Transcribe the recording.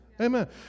Amen